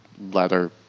leather